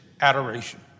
adoration